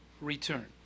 return